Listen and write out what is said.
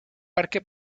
parque